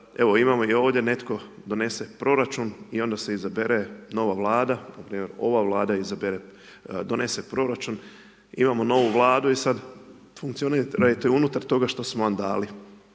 evo, imamo i ovdje netko donese proračun i onda se donese nova vlada, npr. ova vlada, izabere, donese proračun, imamo novu vladu i sad funkcionirajte unutar toga što su nam dali.